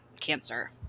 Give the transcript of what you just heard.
cancer